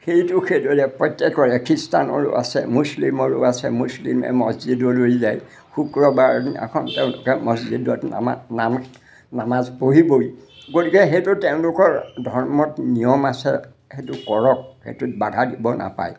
সেইটো সেইদৰে প্ৰত্যেকৰে খ্ৰীষ্টানৰো আছে মুছলিমৰো আছে মুছলিমে মছজিদলৈ যায় শুক্ৰবাৰৰ দিনাখন তেওঁলোকে মছজিদত নামা নাম নামাজ পঢ়িবই গতিকে সেইটো তেওঁলোকৰ ধৰ্মত নিয়ম আছে সেইটো কৰক সেইটোত বাধা দিব নাপায়